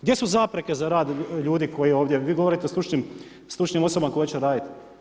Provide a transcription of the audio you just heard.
Gdje su zapreke za rad ljudi koji ovdje, vi govorite o stručnim osobama koje će raditi.